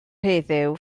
heddiw